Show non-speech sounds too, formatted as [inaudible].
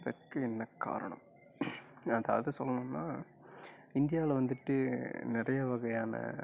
அதற்கு என்ன காரணம் நான் [unintelligible] சொல்லணும்னா இந்தியாவில் வந்துவிட்டு நிறைய வகையான